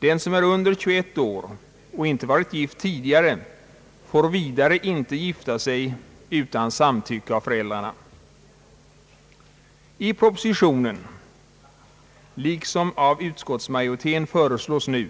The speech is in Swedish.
Den som är under 21 år och inte varit gift tidigare får vidare inte gifta sig utan samtycke av föräldrarna. I propositionen liksom av utskottsmajoriteten föreslås nu